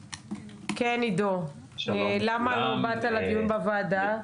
כן, עידו, למה לא באת לדיון בוועדה?